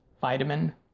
vitamin